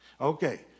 Okay